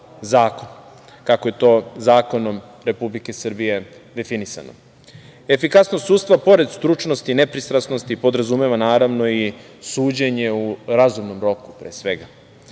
kako je to zakonom Republike Srbije definisano. Efikasnost sudstva, pored stručnosti, nepristrasnosti, podrazumeva i suđenje u razumnom roku, pre svega.